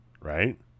right